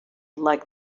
like